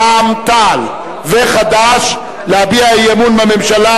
רע"ם-תע"ל וחד"ש להביע אי-אמון בממשלה